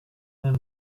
den